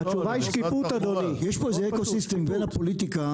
יש פה איזה אקו-סיסטם בין הפוליטיקה